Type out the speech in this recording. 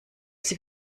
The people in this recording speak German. sie